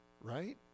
right